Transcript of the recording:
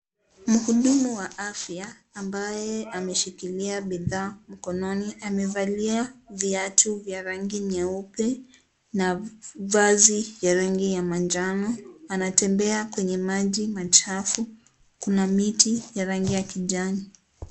Muhudumu wa afya ambaye ameshikilia bidhaa mkononi amevalia viatu vya rangi nyeupe na vazi ya rangi manjano anatembea kwenye maji machafu kuna miti ya rangi ya kijani.